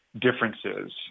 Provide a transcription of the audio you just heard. differences